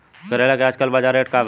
करेला के आजकल बजार रेट का बा?